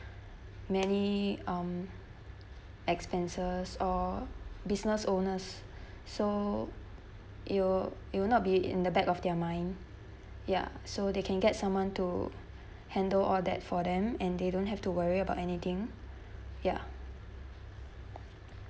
many um expenses or business owners so it'll it'll not be in the back of their mind ya so they can get someone to handle all that for them and they don't have to worry about anything ya